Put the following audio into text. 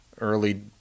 early